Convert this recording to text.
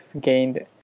gained